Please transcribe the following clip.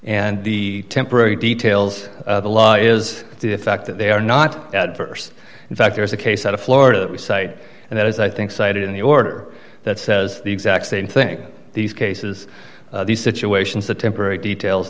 and the temporary details the law is the fact that they are not adverse in fact there is a case out of florida that we cite and that is i think cited in the order that says the exact same thing these cases these situations the temporary details